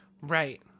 Right